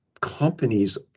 companies